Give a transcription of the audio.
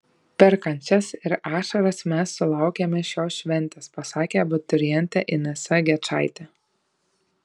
per kančias ir ašaras mes sulaukėme šios šventės pasakė abiturientė inesa gečaitė